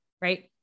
right